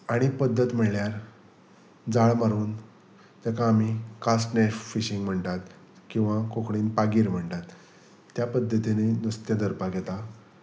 आनी पद्दत म्हणल्यार जाळ मारून ताका आमी कास्टनेफ फिशींग म्हणटात किंवां कोंकणीन पागीर म्हणटात त्या पद्दतीनी नुस्तें धरपाक येता